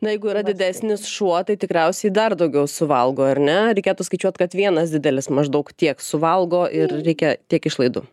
na jeigu yra didesnis šuo tai tikriausiai dar daugiau suvalgo ar ne reikėtų skaičiuot kad vienas didelis maždaug tiek suvalgo ir reikia tiek išlaidų